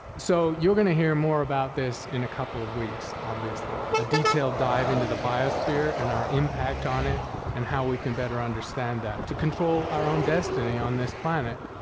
so, you're gonna hear more about this in a couple of weeks, weeks, obviously, a detailed dive into the biosphere, and our impact on it and how we can better understand that, to control our own destiny on this planet